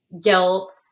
guilt